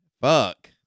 fuck